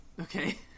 okay